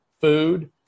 food